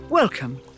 Welcome